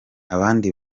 abandi